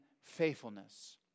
faithfulness